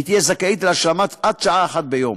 היא תהיה זכאית להשלמה עד שעה אחת ביום.